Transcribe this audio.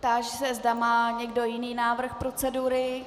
Táži se, zda má někdo jiný návrh procedury.